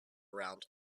round